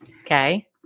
Okay